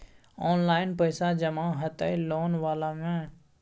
Online पैसा जमा हते लोन वाला में?